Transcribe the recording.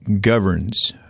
governs